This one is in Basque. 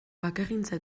bakegintza